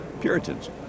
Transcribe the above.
Puritans